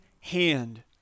hand